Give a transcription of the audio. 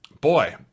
boy